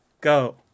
go